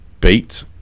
beat